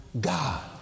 God